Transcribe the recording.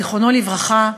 זיכרונו לברכה,